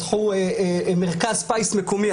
פתחו מרכז פיס מקומי,